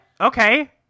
Okay